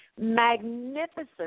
magnificent